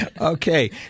Okay